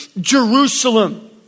Jerusalem